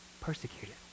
persecuted